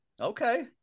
Okay